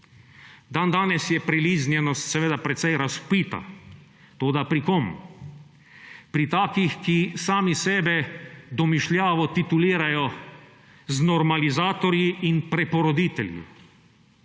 Dandanes je priliznjenost seveda precej razvpita. Toda pri kom? Pri takih, ki sami sebe domišljavo titulirajo z normalizatorji in preporoditelji.